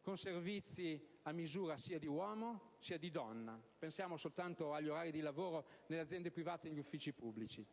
con servizi a misura sia di uomo sia di donna. Pensiamo soltanto agli orari di lavoro nelle aziende private e negli uffici pubblici.